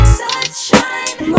sunshine